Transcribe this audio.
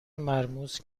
مرموز